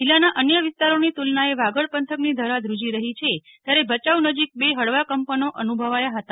જિલ્લાના અન્ય વિસ્તારોની તુલનાએ વાગડ પંથકની ધરા પ્રુજી રહી છે ત્યારે ભચાઉ નજીક બે હળવા કંપનો અનુભવાયા હતા